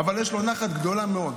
אבל יש לו נחת גדולה מאוד